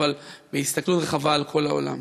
אבל בהסתכלות רחבה על כל העולם.